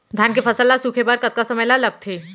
धान के फसल ल सूखे बर कतका समय ल लगथे?